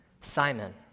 Simon